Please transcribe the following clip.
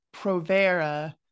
Provera